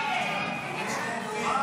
באמצעות תחנות שידור ספרתיות (תיקון מס' 7,